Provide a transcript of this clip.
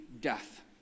death